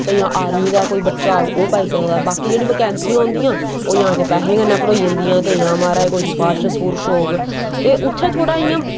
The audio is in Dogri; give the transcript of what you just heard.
ते जां आर्मी दा कोई बच्चा होग जा ओह् पाई सकदा बाकी जेह्ड़ी बकैंसियां होंदियां ओह् जां ते पैसें कन्नै भरोई जंदियां ते जां मारज़ सपारश सपूरश होग ते उत्थें थोह्ड़ा इयां